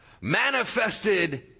manifested